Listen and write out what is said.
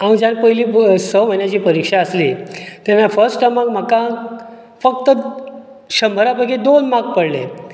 हांव जाणां पयलीं स म्हयन्याची परिक्षा आसली तेन्ना फस्ट टर्माक म्हाका फक्त शंबरां पैकी दोन मार्क पडले